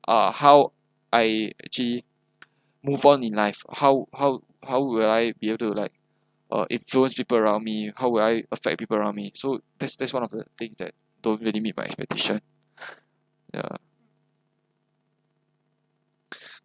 uh how I actually move on in life how how how will I be able to like uh influence people around me how will I affect people around me so that's that's one of the things that don't really meet my expectation ya